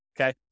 okay